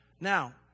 Now